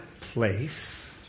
place